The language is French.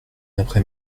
après